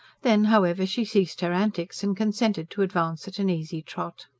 then, however, she ceased her antics and consented to advance at an easy trot.